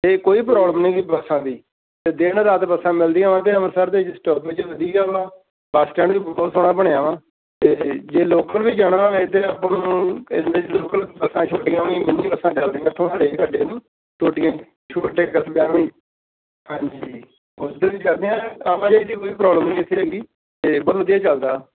ਅਤੇ ਕੋਈ ਪ੍ਰੋਬਲਮ ਨਹੀਂ ਹੈਗੀ ਬੱਸਾਂ ਦੀ ਅਤੇ ਦਿਨ ਰਾਤ ਬੱਸਾਂ ਮਿਲਦੀਆਂ ਆਂ ਅਤੇ ਅੰਮ੍ਰਿਤਸਰ ਦੇ ਵਿੱਚ ਸਟੋਪੇਜ ਵਧੀਆ ਵਾ ਬੱਸ ਸਟੈਂਡ ਵੀ ਬਹੁਤ ਸੋਹਣਾ ਬਣਿਆ ਵਾ ਅਤੇ ਜੇ ਲੋਕਲ ਵੀ ਜਾਣਾ ਹੋਵੇ ਤਾਂ ਆਪਾਂ ਨੂੰ ਲੋਕਲ ਬੱਸਾਂ ਹੈਗੀਆਂ ਇੱਥੋਂ ਮਿੰਨੀ ਬੱਸਾਂ ਚੱਲਦੀਆਂ ਇੱਥੋਂ ਹਰੇਕ ਘੰਟੇ ਨੂੰ ਛੋਟੀਆਂ ਛੋਟੇ ਕਸਬਿਆਂ ਲਈ ਹਾਂਜੀ ਚੱਲਦੀਆਂ ਆਪਾਂ ਜੇ ਕੋਈ ਪ੍ਰੋਬਲਮ ਨਹੀਂ ਇੱਥੇ ਹੈਗੀ ਅਤੇ ਬਸ ਵਧੀਆ ਚੱਲਦਾ